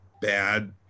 bad